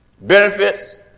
benefits